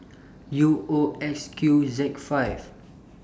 U O X Q Z five